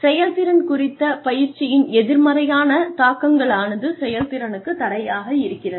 செயல்திறன் குறித்த பயிற்சியின் எதிர்மறையான தாக்கங்களானது செயல்திறனுக்கு தடையாக இருக்கிறது